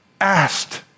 asked